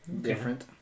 Different